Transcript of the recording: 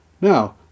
Now